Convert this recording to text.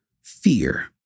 fear